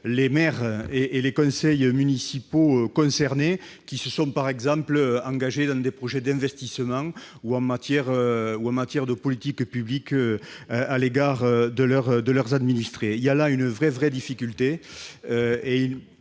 les maires et les conseils municipaux qui se sont engagés dans des projets d'investissement ou des politiques publiques à l'égard de leurs administrés. Il y a là une vraie difficulté,